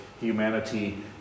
humanity